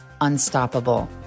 unstoppable